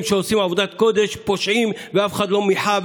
שעושים עבודת קודש "פושעים" ואף אחד לא מיחה,